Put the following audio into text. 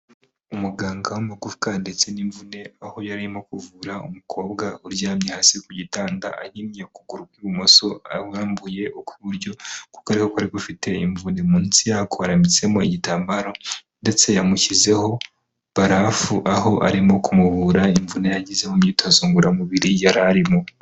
Umuganga w'amagufwa ndetse n'imvune aho yarimo kuvura umukobwa uryamye hasi ku gitanda ahinnye ukuguru kw'ibumoso abumbuye ukw'iburyo kuko ari ko kwari gufite imvune, munsi yako harambitsemo igitambaro ndetse yamushyizeho barafu aho arimo kuvuhura imvune yagize mu myitozo ngororamubiri yari arimo.